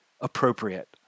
appropriate